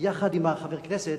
יחד עם חברי הכנסת